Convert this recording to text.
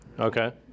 Okay